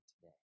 today